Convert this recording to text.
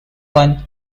won